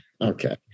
okay